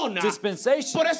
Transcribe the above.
dispensation